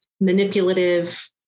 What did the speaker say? manipulative